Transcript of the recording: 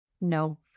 No